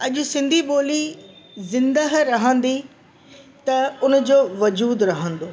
अॼु सिंधी ॿोली ज़िंदह रहंदी त उनजो वजू़द रहंदो